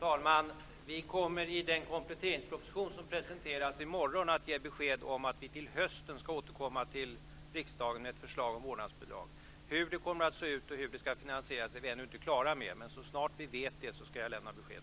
Fru talman! I den kompletteringsproposition som presenteras i morgon kommer vi att ge besked om att vi till hösten skall återkomma till riksdagen med ett förslag om vårdnadsbidrag. Hur vårdnadsbidraget kommer att se ut och hur det skall finansieras är vi ännu inte klara över. Men så snart vi vet det, skall jag lämna besked.